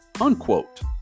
unquote